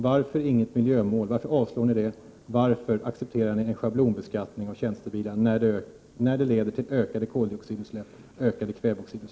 Varför vill socialdemokraterna inte ha detta miljömål med i skattebetänkandet, och varför accepterar socialdemokraterna en schablonbeskattning av tjänstebilar när det leder till ökade koldioxidutsläpp och ökade kväveoxidut